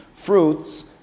Fruits